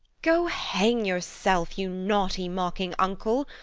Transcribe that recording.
go hang yourself, you naughty mocking uncle.